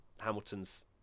hamilton's